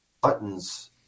buttons